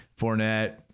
Fournette